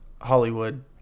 Hollywood